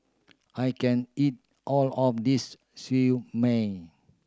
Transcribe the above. I can't eat all of this Siew Mai